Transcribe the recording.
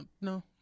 No